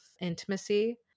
intimacy